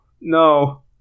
no